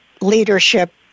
Leadership